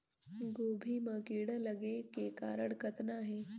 गोभी म कीड़ा लगे के कारण कतना हे?